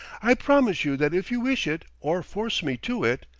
i promise you that if you wish it, or force me to it.